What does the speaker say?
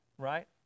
Right